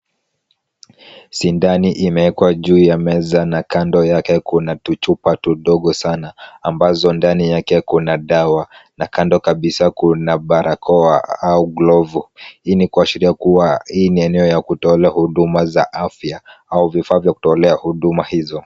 Sindano imewekwa juu ya meza na kando yake kuna chupa ndogo sana ambazo ndani yake kuna dawa na kando kabisa kuna barakoa au glovu, hii ni kuashiria kuwa hii ni eneo ya kutolea huduma za afya au vifaa vya kutolea huduma hizo.